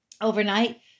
overnight